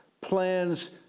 plans